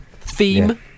theme